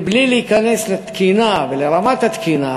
בלי להיכנס לתקינה ולרמת התקינה,